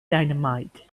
dynamite